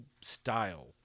style